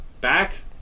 Back